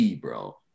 bro